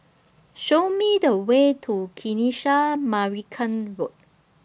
Show Me The Way to Kanisha Marican Road